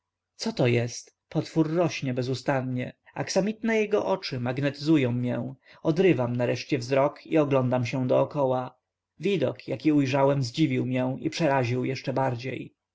co to jest potwór rośnie bezustannie aksamitne jego oczy magnetyzują mię odrywam nareszcie wzrok i oglądam się dokoła widok jaki ujrzałem zdziwił mię i przeraził jeszcze bardziej